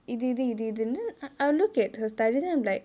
இது இது இது இதுனு:ithu ithu ithu ithunu then I'll look at her studies then I'm like